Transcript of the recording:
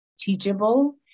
teachable